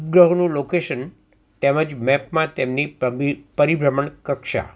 ઉપગ્રહોનું location તેમજ મેપમાં તેમની પરિ પરિભ્રમણ કક્ષા